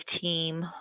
team